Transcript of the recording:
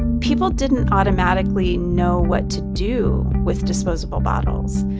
people didn't automatically know what to do with disposable bottles.